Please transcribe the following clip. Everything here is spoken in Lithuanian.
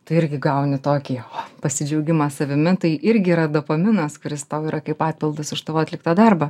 tu irgi gauni tokį pasidžiaugimą savimi tai irgi yra dopaminas kuris tau yra kaip atpildas už tavo atliktą darbą